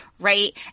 Right